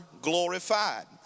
glorified